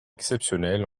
exceptionnelles